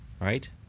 right